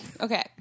Okay